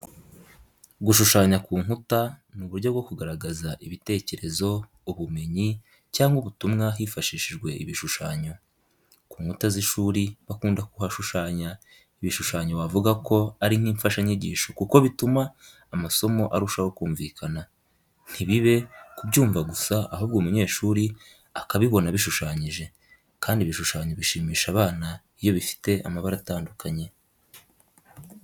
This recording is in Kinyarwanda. Gushushanya ku nkuta ni uburyo bwo kugaragaza ibitekerezo, ubumenyi, cyangwa ubutumwa hifashishijwe ibishushanyo. Ku nkuta z'ishuri bakunda kuhashushanya ibishushanyo wavuga ko ari nk'imfashanyigisho kuko bituma amasomo arushaho kumvikana, ntibibe kubyumva gusa ahubwo umunyeshuri akabibona bishushanyije, kandi ibishushanyo bishimisha abana iyo bifite amabara atandukanye.